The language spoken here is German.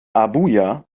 abuja